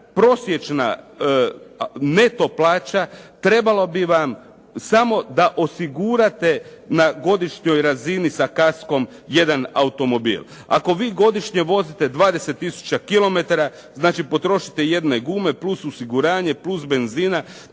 prosječna neto plaća trebala bi vam samo da osigurate na godišnjoj razini sa "Kaskom" jedan automobil. Ako vi godišnje vozite 20 tisuća kilometara, znači potrošite jedne gume, plus osiguranje, plus benzina,